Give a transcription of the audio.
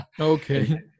Okay